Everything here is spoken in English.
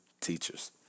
teachers